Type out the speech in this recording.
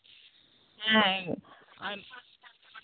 ᱦᱮᱸ ᱟᱨ